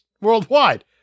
worldwide